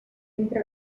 entre